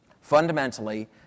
Fundamentally